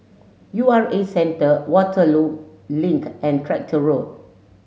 U R A Centre Waterloo Link and Tractor Road